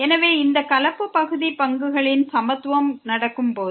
எனவே இந்த கலப்பு பகுதி பங்குகளின் சமத்துவம் நடக்கும் போது